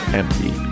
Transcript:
empty